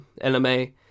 LMA